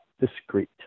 discreet